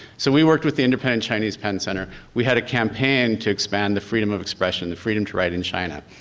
so we worked with the independent chinese pen center. we had a campaign to expand the freedom of expression, the freedom to write in china,